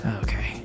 Okay